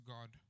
God